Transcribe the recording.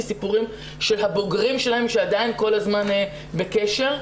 סיפורים של הבוגרים של שעדיין כל הזמן בקשר.